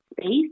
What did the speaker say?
space